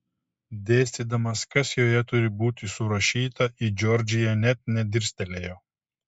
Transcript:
dėstydamas kas joje turi būti surašyta į džordžiją net nedirstelėjo